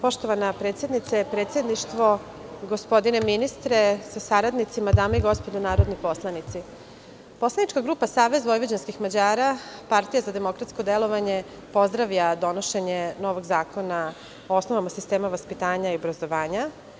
Poštovana predsednice, predsedništvo, gospodine ministre sa saradnicima, dame i gospodo narodni poslanici, poslanička grupa SVM – Partija za demokratsko delovanje pozdravlja donošenje novog Zakona o osnovama sistema vaspitanja i obrazovanja.